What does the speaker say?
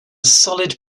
solid